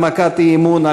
הנמקת האי-אמון,